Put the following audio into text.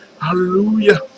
Hallelujah